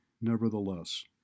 nevertheless